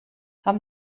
haben